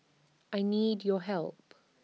I need your help